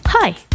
Hi